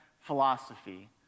philosophy